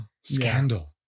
scandal